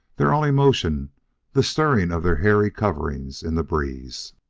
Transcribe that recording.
their only motion the stirring of their hairy coverings in the breeze.